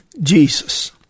Jesus